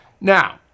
Now